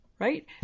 Right